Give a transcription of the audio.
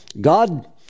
God